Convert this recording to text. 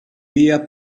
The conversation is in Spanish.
día